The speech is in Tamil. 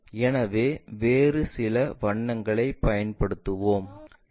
எனவே வேறு சில வண்ணங்களைப் பயன்படுத்துவோம்